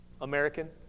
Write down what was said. American